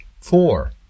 four